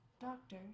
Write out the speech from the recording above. Doctor